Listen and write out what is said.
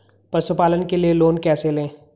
पशुपालन के लिए लोन कैसे लें?